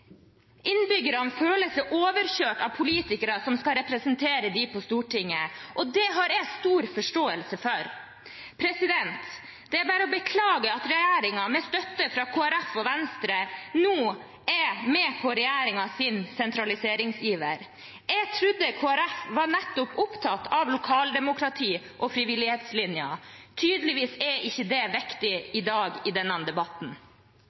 Innbyggerne føler seg overkjørt av politikere som skal representere dem på Stortinget, og det har jeg stor forståelse for. Det er bare å beklage at Kristelig Folkeparti og Venstre nå er med på regjeringens sentraliseringsiver. Jeg trodde Kristelig Folkeparti var opptatt av nettopp lokaldemokrati og frivillighetslinja. Tydeligvis er ikke det viktig i dag i denne debatten.